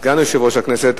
סגן יושב-ראש הכנסת,